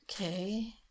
Okay